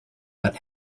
but